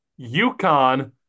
UConn